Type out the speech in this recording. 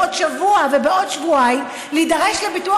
בעוד שבוע ובעוד שבועיים להידרש לביטוח